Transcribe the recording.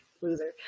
loser